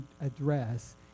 address